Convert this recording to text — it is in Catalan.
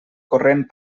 corrent